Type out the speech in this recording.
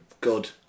good